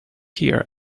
here